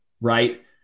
right